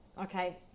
okay